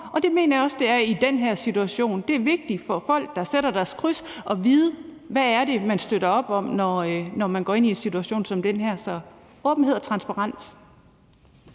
Det mener jeg også det er i den her situation. Det er vigtigt for folk, der sætter deres kryds, at vide, hvad det er, man støtter op om, når man går ind i en situation som den her. Så vi går ind for åbenhed og transparens.